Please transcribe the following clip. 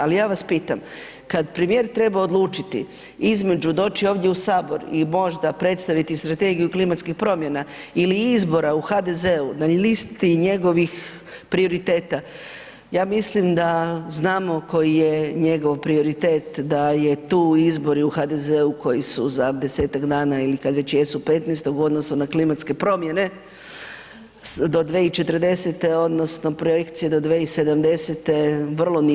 Ali ja vas pitam, kad premijer treba odlučiti između doći ovdje u sabor i možda predstaviti Strategiju klimatskih promjena ili izbora u HDZ-u na listi njegovih prioriteta, ja mislim da znamo koji je njegov prioritet da je tu izbori u HDZ-u koji su za 10-tak dana ili kad već jesu 15.-tog u odnosu na klimatske promjene do 2040. odnosno projekcija do 2070. vrlo nisko.